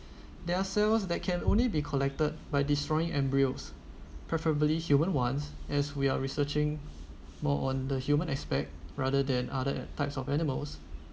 there are cells that can only be collected by destroying embryos preferably human ones as we are researching more on the human aspect rather than other types of animals